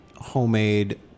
homemade